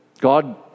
God